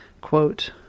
quote